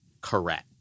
correct